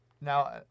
Now